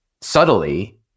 subtly